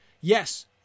Yes